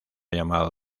llamado